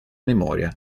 memoria